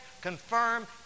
confirm